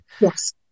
Yes